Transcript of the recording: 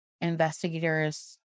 investigators